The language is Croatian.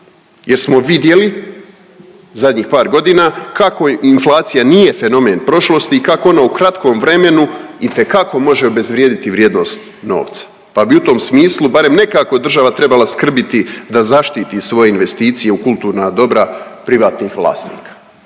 jer smo vidjeli zadnjih par godina kako inflacija nije fenomen prošlosti i kako ona u kratkom vremenu itekako može obezvrijediti vrijednost novca. Pa bi u tom smislu barem nekako država trebala skrbiti da zaštiti svoje investicije u kulturna dobra privatnih vlasnika